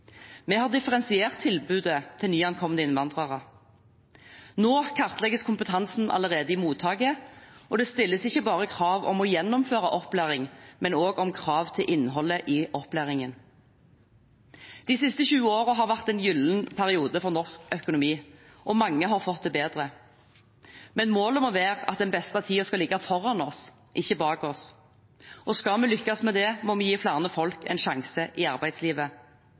Vi har differensiert tilbudet til nyankomne innvandrere. Nå kartlegges kompetansen allerede i mottaket, og det stilles ikke bare krav om å gjennomføre opplæring, men også krav til innholdet i opplæringen. De siste 20 årene har vært en gyllen periode for norsk økonomi, og mange har fått det bedre. Målet må være at den beste tiden skal ligge foran oss, ikke bak oss. Skal vi lykkes med det, må vi gi flere folk en sjanse i arbeidslivet.